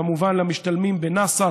כמובן למשתלמים בנאס"א,